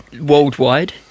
worldwide